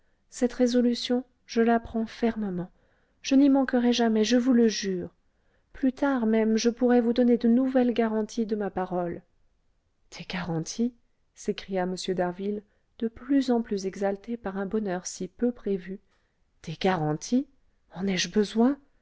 cette résolution je la prends fermement je n'y manquerai jamais je vous le jure plus tard même je pourrai vous donner de nouvelles garanties de ma parole des garanties s'écria m d'harville de plus en plus exalté par un bonheur si peu prévu des garanties en ai-je besoin